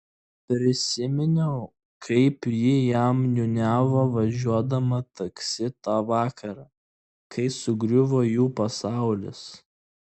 prisiminiau kaip ji jam niūniavo važiuodama taksi tą vakarą kai sugriuvo jų pasaulis